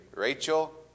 Rachel